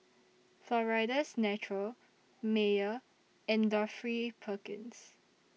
Florida's Natural Mayer and Dorothy Perkins